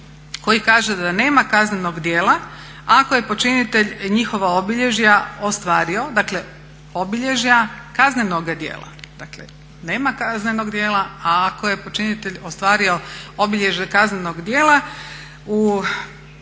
koji kaže da nema kaznenog djela ako je počinitelj njihova obilježja ostvario. Dakle, obilježja kaznenoga djela. Dakle, nema kaznenog djela, a ako je počinitelj ostvario obilježje kaznenog djela